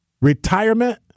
Retirement